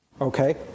Okay